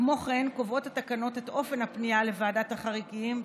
כמו כן קובעות התקנות את אופן הפנייה לוועדת החריגים,